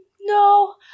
No